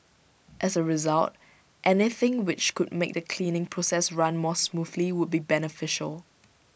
as A result anything which could make the cleaning process run more smoothly would be beneficial